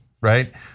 right